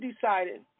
decided